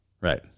Right